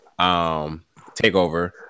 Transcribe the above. TakeOver